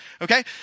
Okay